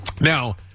Now